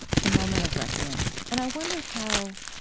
it's a moment of reckoning. and i wonder how,